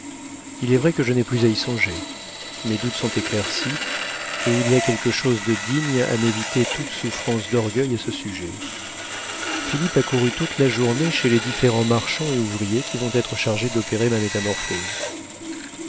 il est vrai que je n'ai plus à y songer mes doutes sont éclaircis et il y a quelque chose de digne à m'éviter toute souffrance d'orgueil à ce sujet philippe a couru toute la journée chez les différents marchands et ouvriers qui vont être chargés d'opérer ma métamorphose